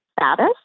status